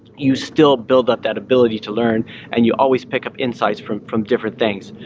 you still build up that ability to learn and you always pick up insights from from different things.